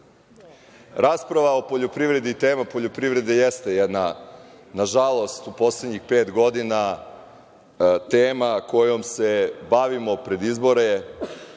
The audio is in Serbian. o poljoprivredi i tema poljoprivrede jeste jedna, nažalost, u poslednjih pet godina tema kojom se bavimo pred izbore